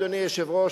אדוני היושב-ראש,